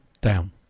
down